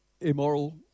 immoral